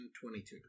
22